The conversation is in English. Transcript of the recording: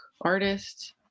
artist